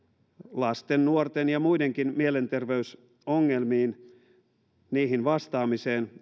lasten nuorten ja muidenkin mielenterveysongelmiin vastaamiseen